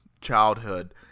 childhood